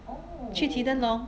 去提灯笼